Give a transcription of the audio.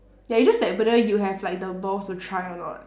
ya it's just that whether you have like the balls to try or not